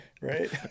Right